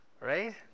Right